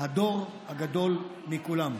"הדור הגדול מכולם".